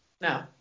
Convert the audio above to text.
No